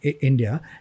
India